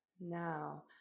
Now